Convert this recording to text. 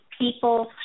people